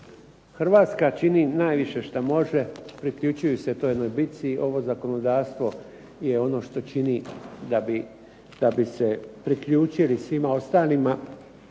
Hrvatska čini najviše što može, priključuju se toj jednoj bici. Ovo zakonodavstvo je ono što čini da bi se priključili svima ostalima,